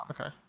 Okay